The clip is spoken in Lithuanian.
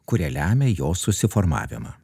kurie lemia jo susiformavimą